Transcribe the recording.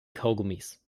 kaugummis